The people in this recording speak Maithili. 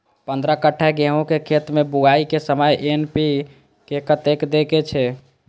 पंद्रह कट्ठा गेहूं के खेत मे बुआई के समय एन.पी.के कतेक दे के छे?